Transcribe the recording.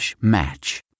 match